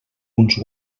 uns